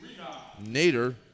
Nader